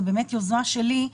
זו באמת יוזמה שלי.